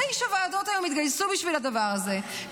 תשע ועדות התגייסו היום בשביל הדבר הזה,